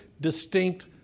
distinct